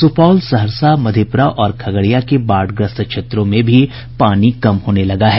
सुपौल सहरसा मधेपुरा और खगड़िया के बाढ़ग्रस्त क्षेत्रों में भी पानी कम होने लगा है